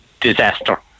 disaster